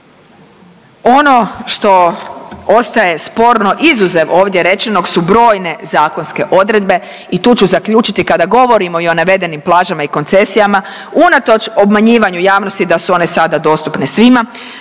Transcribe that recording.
Ono što ostaje sporno izuzev ovdje rečenog su brojne zakonske odredbe i tu ću zaključiti. Kada govorimo i o navedenim plažama i koncesijama unatoč obmanjivanju javnosti da su one sada dostupne svima